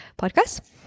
podcast